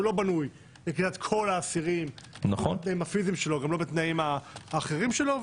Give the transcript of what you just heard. שהוא לא בנוי לקליטת כל האסירים בתנאים הפיזיים שלו,